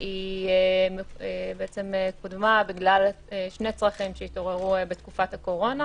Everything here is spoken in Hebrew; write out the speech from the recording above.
היא קודמה בגלל שני צרכים שהתעוררו בתקופת הקורונה